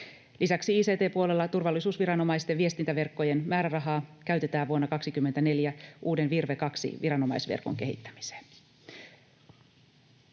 Lisäksi ict-puolella turvallisuusviranomaisten viestintäverkkojen määrärahaa käytetään vuonna 24 uuden Virve 2 -viranomaisverkon kehittämiseen.